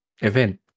event